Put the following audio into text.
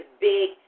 big